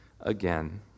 again